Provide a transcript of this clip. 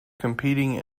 competing